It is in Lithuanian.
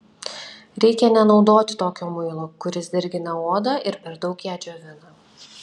reikia nenaudoti tokio muilo kuris dirgina odą ir per daug ją džiovina